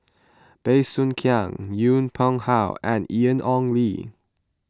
Bey Soo Khiang Yong Pung How and Ian Ong Li